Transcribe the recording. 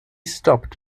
stopped